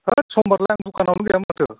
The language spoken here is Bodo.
होत समबारावलाय आं दखानावनो गैयामोन माथो